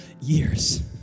years